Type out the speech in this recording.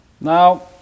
now